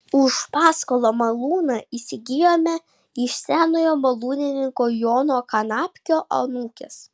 už paskolą malūną įsigijome iš senojo malūnininko jono kanapkio anūkės